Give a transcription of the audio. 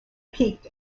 peaked